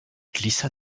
glissa